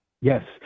Yes